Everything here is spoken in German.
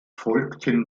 folgten